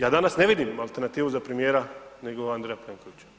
Ja danas ne vidim alternativu za premijera, nego Andreja Plenkovića.